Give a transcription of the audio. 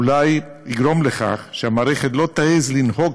אולי יגרום לכך שהמערכת לא תעז לנהוג